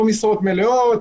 לא במשרות מלאות,